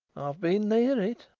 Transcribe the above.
i've been near it,